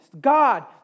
God